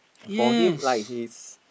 for him like he's